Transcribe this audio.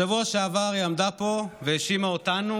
בשבוע שעבר היא עמדה פה והאשימה אותנו,